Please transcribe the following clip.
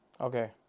Okay